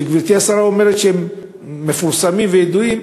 שגברתי השרה אומרת שהם מפורסמים וידועים,